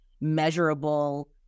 measurable